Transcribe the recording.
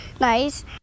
nice